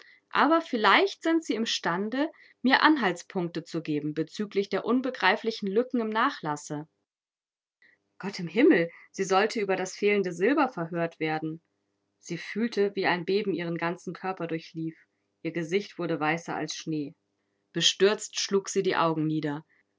aber vielleicht sind sie imstande mir anhaltspunkte zu geben bezüglich der unbegreiflichen lücken im nachlasse gott im himmel sie sollte über das fehlende silber verhört werden sie fühlte wie ein beben ihren ganzen körper durchlief ihr gesicht wurde weißer als schnee bestürzt schlug sie die augen nieder